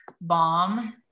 bomb